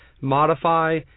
modify